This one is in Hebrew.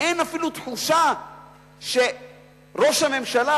אין אפילו תחושה שראש הממשלה,